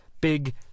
big